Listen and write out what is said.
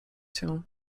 cię